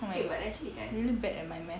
I'm really bad at my math